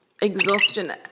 exhaustion